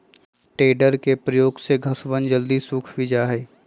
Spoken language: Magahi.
टेडर के प्रयोग से घसवन जल्दी सूख भी जाहई